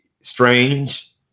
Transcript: strange